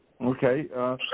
Okay